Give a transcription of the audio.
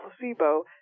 placebo